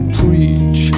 preach